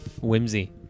whimsy